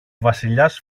βασιλιάς